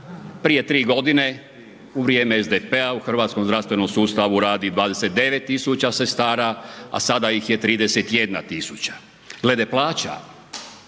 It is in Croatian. prije tri godine u vrijeme SDP-a u hrvatskom zdravstvenom sustavu radi 29.000 sestara, a sada ih je 31.000. Glede plaća